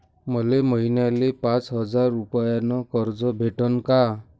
मले महिन्याले पाच हजार रुपयानं कर्ज भेटन का?